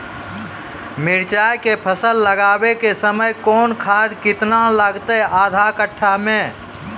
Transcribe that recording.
मिरचाय के फसल लगाबै के समय कौन खाद केतना लागतै आधा कट्ठा मे?